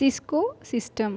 cisco system